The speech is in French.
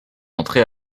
entrée